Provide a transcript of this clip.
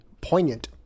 poignant